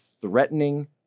threatening